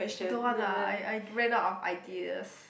I don't want lah I I ran out of ideas